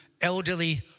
elderly